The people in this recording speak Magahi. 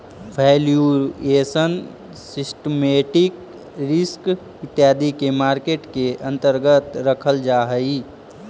वैल्यूएशन, सिस्टमैटिक रिस्क इत्यादि के मार्केट के अंतर्गत रखल जा हई